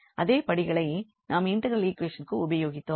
அதே படிகளை நாம் இன்டெக்ரல் ஈக்வேஷனிற்கு உபயோகித்தோம்